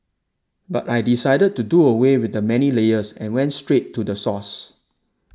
but I decided to do away with the many layers and went straight to the source